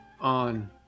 on